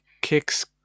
kicks